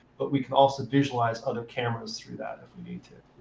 but we can also visualize other cameras through that if we need to,